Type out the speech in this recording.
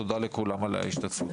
תודה לכולם על ההשתתפות.